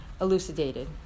elucidated